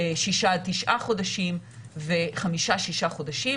6 9 חודשים ו-5 6 חודשים.